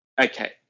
Okay